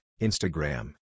Instagram